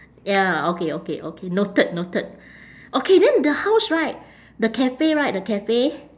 ya okay okay okay noted noted okay then the house right the cafe right the cafe